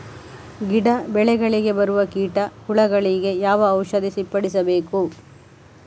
ಗಿಡ, ಬೆಳೆಗಳಿಗೆ ಬರುವ ಕೀಟ, ಹುಳಗಳಿಗೆ ಯಾವ ಔಷಧ ಸಿಂಪಡಿಸಬೇಕು?